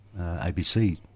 ABC